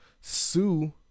Sue